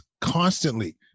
constantly